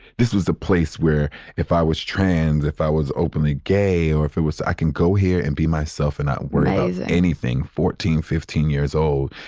this was a place where if i was trans, if i was openly gay or if it was, i can go here and be myself and not worry about anything fourteen, fifteen years old.